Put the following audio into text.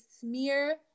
smear